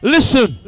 Listen